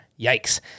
Yikes